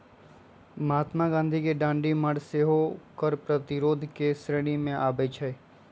महात्मा गांधी के दांडी मार्च सेहो कर प्रतिरोध के श्रेणी में आबै छइ